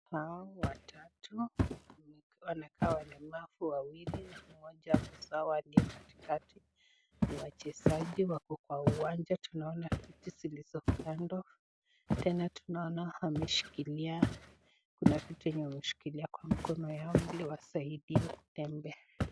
Watu hawa watatu wamekaa walemavu wawili mmoja ako sawa aliye katikati ,ni wachezaji wako kwa uwanja tunaona viti zilizokando ,tena tunaona wameshikilia kuna kitu yenye wameshikilia kwa mkono yao ili wasaidie kutembea.